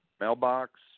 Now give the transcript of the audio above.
mailbox